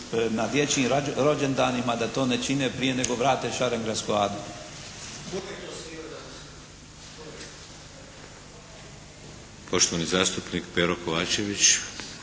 na dječjim rođendanima da to ne čine prije nego vrate Šarengradsku adu. **Šeks, Vladimir (HDZ)** Poštovani zastupnik Pero Kovačević.